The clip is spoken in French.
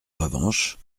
revanche